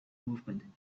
movement